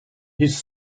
his